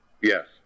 Yes